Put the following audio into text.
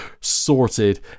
sorted